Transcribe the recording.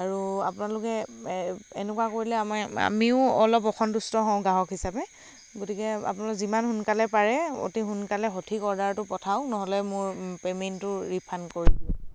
আৰু আপোনালোকে এনেকুৱা কৰিলে আমিও অলপ অসন্তুষ্ট হওঁ গ্ৰাহক হিচাপে গতিকে আপোনালোকে যিমান সোনকালে পাৰে অতি সোনকালে সঠিক অৰ্ডাৰটো পঠাওক নহ'লে মোৰ পে'মেন্টটো ৰিফাণ্ড কৰি দিয়ক